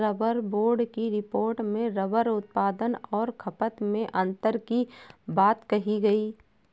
rubber board की report में rubber उत्पादन और खपत में अन्तर की बात कही गई